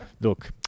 Look